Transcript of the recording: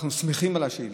ואנחנו שמחים על השאילתה.